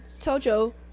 tojo